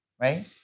right